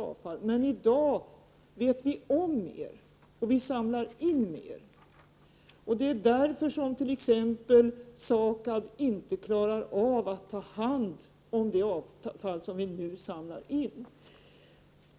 Det är bara så, att vi i dag har mer kunskaper. Dessutom samlas mera avfall in. Det är därför som t.ex. SAKAB inte klarar av att ta hand om det avfall som samlas in.